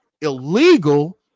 illegal